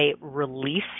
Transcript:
release